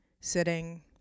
sitting